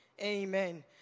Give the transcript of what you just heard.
Amen